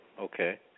okay